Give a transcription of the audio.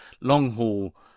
long-haul